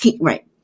Right